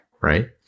Right